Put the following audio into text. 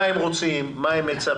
מה הם רוצים, מה הם מצפים,